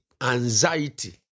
anxiety